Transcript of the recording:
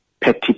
petty